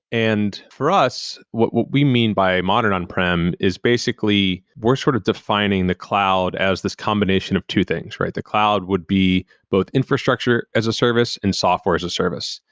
and for us, what what we mean by modern on-prem is basically we're sort of defining the cloud as this combination of two things. the cloud would be both infrastructure as a service and software as a service.